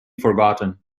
forgotten